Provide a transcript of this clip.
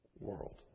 world